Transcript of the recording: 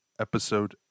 episode